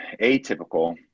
atypical